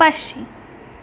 पाशी